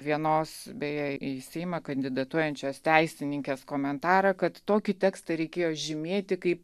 vienos beje į seimą kandidatuojančios teisininkės komentarą kad tokį tekstą reikėjo žymėti kaip